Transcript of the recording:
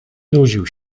nudził